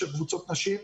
קבוצות נשים.